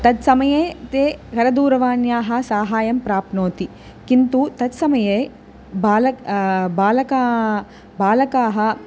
तत् समये ते करदूरवाण्याः साहाय्यं प्राप्नोति किन्तु तत् समये बाल बालका बालकाः